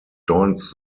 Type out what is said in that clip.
joins